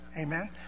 amen